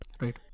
right